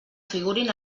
figurin